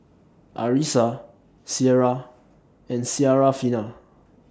Arissa Syirah and Syarafina